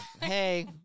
Hey